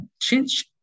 Change